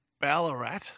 Ballarat